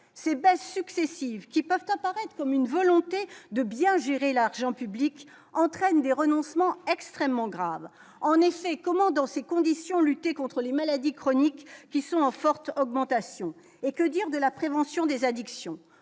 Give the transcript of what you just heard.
ces baisses successives qui peuvent apparaître comme une volonté de bien gérer l'argent public entraîne des renoncements extrêmement grave en effet comment dans ces conditions, lutter contre les maladies chroniques qui sont en forte augmentation et que dire de la prévention des addictions,